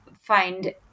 find